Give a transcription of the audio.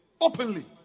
Openly